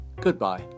goodbye